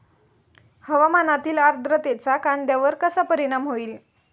हवामानातील आर्द्रतेचा कांद्यावर कसा परिणाम होईल?